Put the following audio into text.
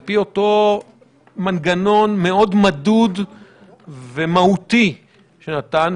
על פי אותו מנגנון מאוד מדוד ומהותי שניתן,